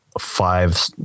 Five